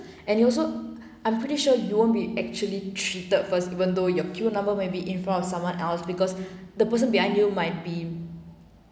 and it also I'm pretty sure you won't be actually treated first even though your queue number may be in front of someone else because the person behind you might be